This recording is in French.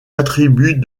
attributs